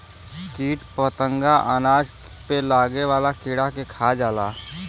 कीट फतंगा अनाज पे लागे वाला कीड़ा के खा जाला